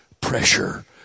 pressure